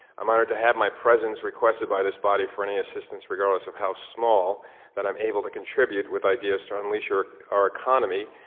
um honored to have my presence requested by this body for any assistance regardless of how small that i am able to contribute with ideas to unleash our economy,